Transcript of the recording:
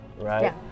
right